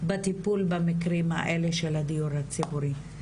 בטיפול במקרים האלה של הדיור הציבורי.